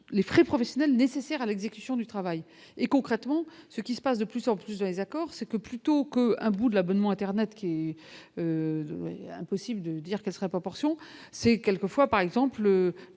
les frais professionnels nécessaires à l'exécution du travail et concrètement ce qui se passe de plus en plus de accord c'est que plutôt que à bout de l'abonnement internet qu'il impossible de dire quel serait proportion c'est quelquefois par exemple